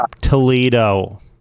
Toledo